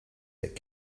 that